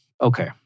Okay